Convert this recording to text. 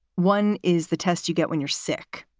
one is the test you get when you're sick.